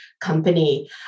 company